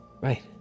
right